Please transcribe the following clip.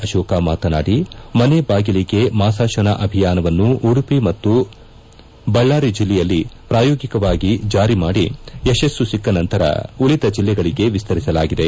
ಆಶೋಕ ಮಾತನಾಡಿ ಮನೆ ಬಾಗಿಲಿಗೇ ಮಾಸಾಶನ ಅಭಿಯಾನವನ್ನು ಉಡುಪಿ ಮತ್ತು ಬಳ್ಳಾರಿ ಜಿಲ್ಲೆಯಲ್ಲಿ ಪ್ರಾಯೋಗಿಕವಾಗಿ ಜಾರಿ ಮಾಡಿ ಯಶಸ್ಸು ಸಿಕ್ಕ ನಂತರ ಉಳಿದ ಜಿಲ್ಲೆಗಳಿಗೆ ವಿಸ್ತರಿಸಲಾಗಿದೆ